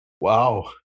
Wow